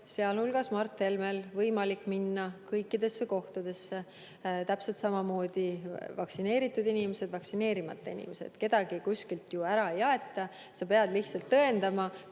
sealhulgas Mart Helmel võimalik minna kõikidesse kohtadesse. Täpselt samamoodi [saavad seda teha] vaktsineeritud inimesed ja vaktsineerimata inimesed, kedagi kuskilt ära ei aeta. Sa pead lihtsalt tõendama,